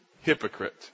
hypocrite